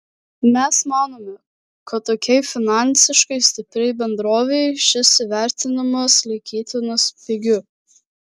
mes manome kad tokiai finansiškai stipriai bendrovei šis įvertinimas laikytinas pigiu